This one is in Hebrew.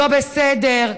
לא בסדר.